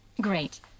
Great